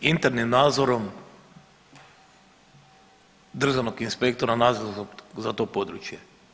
Internim nadzorom državnog inspektora nadležnog za to područje.